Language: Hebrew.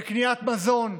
בקניית מזון,